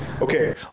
Okay